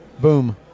Boom